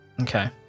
Okay